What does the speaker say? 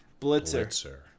Blitzer